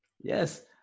yes